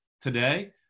today